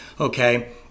okay